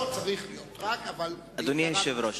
אדוני היושב-ראש,